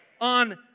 On